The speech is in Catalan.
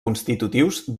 constitutius